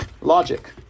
logic